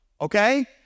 okay